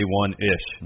one-ish